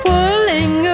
Pulling